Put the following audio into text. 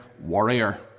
warrior